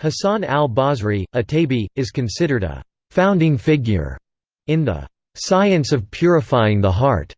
hasan al-basri, a tabi, is considered a founding figure in the science of purifying the heart